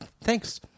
thanks